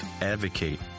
Advocate